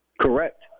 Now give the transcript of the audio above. Correct